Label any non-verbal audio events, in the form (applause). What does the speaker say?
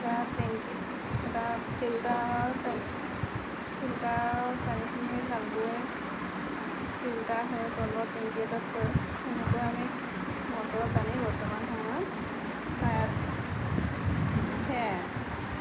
(unintelligible) টেংকীত ফিল্টাৰৰ টেং ফিল্টাৰত পানীখিনি ভাল গৈ ফিল্টাৰ হৈ তলত টেংকীটোত পৰে সেনেকৈয়ে আমি মটৰৰ পানী বৰ্তমান সময়ত খাই আছো সেয়াই